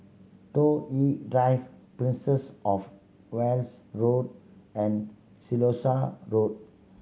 Toh Yi Drive Princess Of Wales Road and Siloso Road